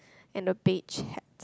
and a beige hat